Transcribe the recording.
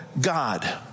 God